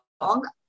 long